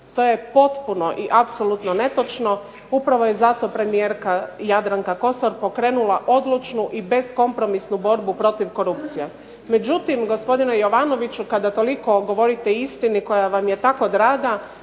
To je potpuno i apsolutno netočno. Upravo je zato premijerka Jadranka Kosor pokrenula odlučnu i beskompromisnu borbu protiv korupcije. Međutim, gospodine Jovanoviću kada toliko govorite o istini koja vam je tako draga,